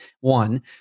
One